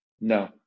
No